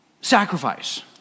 sacrifice